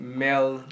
male